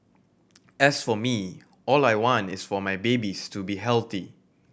as for me all I want is for my babies to be healthy